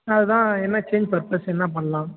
ஆ அதான் என்ன change purpose என்ன பண்ணலாம்